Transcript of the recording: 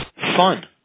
fun